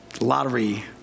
lottery